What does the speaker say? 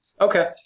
Okay